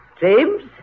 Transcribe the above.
James